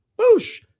Boosh